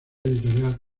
editorial